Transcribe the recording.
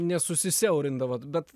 ne susisiaurindavot bet